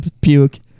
puke